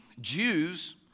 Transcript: Jews